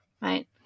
Right